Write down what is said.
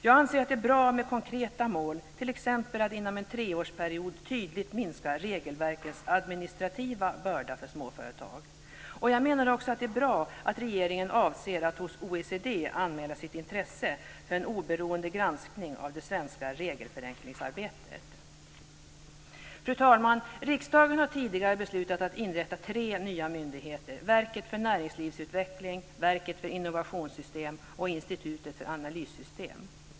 Jag anser att det är bra med konkreta mål, t.ex. att inom en treårsperiod tydligt minska regelverkens administrativa börda för småföretag. Jag menar också att det är bra att regeringen avser att hos OECD anmäla sitt intresse för en oberoende granskning av det svenska regelförenklingsarbetet. Fru talman! Riksdagen har tidigare beslutat att inrätta tre nya myndigheter: Verket för näringslivsutveckling, Verket för innovationssystem och Institutet för analyssystem.